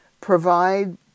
provide